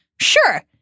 sure